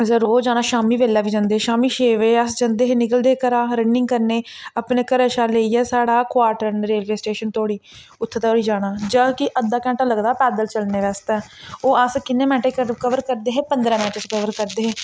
असें रोज जाना शामी बेल्लै बी जंदे हे शामी छे बजे अस जंदे हे निकलदे हे घरा रनिंग करने अपने घरा शा लेइयै साढ़ा कोआर्टर न रेलवे स्टेशन धोड़ी उत्थैं धोड़ी जाना जद् कि अद्धा घैंटा लगदा पैदल टुरने बास्तै ते ओह् अस किन्ने मैंटे च कवर करदे हे पंदरां मैंट्ट च कवर करदे हे